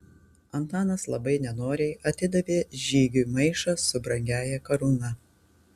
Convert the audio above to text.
antanas labai nenoriai atidavė žygiui maišą su brangiąja karūna